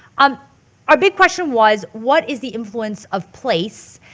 um our big question was what is the influence of place?